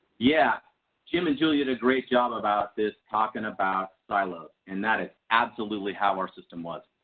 yeah jim and julie did a great job about this talking about silos and that is absolutely how are system was.